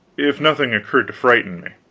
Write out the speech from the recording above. if nothing occurred to frighten me.